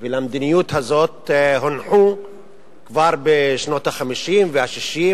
ולמדיניות הזאת הונחה כבר בשנות ה-50 וה-60,